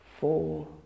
four